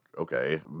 okay